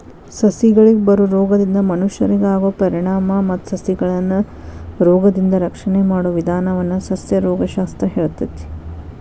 ಸಸಿಗಳಿಗೆ ಬರೋ ರೋಗದಿಂದ ಮನಷ್ಯರಿಗೆ ಆಗೋ ಪರಿಣಾಮ ಮತ್ತ ಸಸಿಗಳನ್ನರೋಗದಿಂದ ರಕ್ಷಣೆ ಮಾಡೋ ವಿದಾನವನ್ನ ಸಸ್ಯರೋಗ ಶಾಸ್ತ್ರ ಹೇಳ್ತೇತಿ